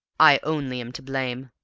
i only am to blame.